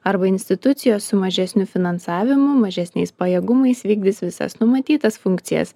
arba institucijos su mažesniu finansavimu mažesniais pajėgumais vykdys visas numatytas funkcijas